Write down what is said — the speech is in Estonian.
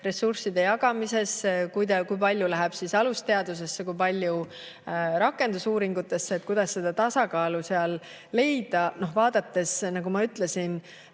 ressursside jagamises: kui palju läheb alusteadusesse, kui palju rakendusuuringutesse, kuidas seda tasakaalu seal leida. Kui vaadata, nagu ma ütlesin,